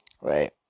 right